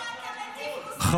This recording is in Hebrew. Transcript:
לנו אתה מטיף מוסר?